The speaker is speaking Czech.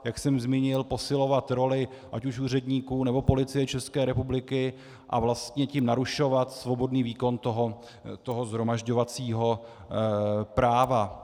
Jak jsem zmínil, posilovat roli ať už úředníků, nebo Policie České republiky a vlastně tím narušovat svobodný výkon shromažďovacího práva.